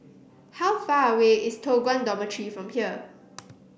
how far away is Toh Guan Dormitory from here